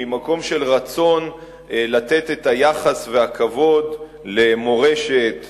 ממקום של רצון לתת את היחס והכבוד למורשת,